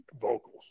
vocals